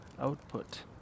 output